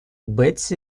бетси